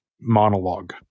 monologue